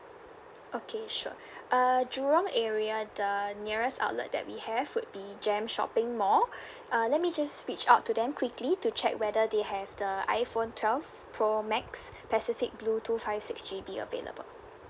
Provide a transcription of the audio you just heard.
okay sure uh jurong area the nearest outlet that we have would be JEM shopping mall uh let me just reach out to them quickly to check whether they have the iphone twelve pro max pacific blue two five six G_B available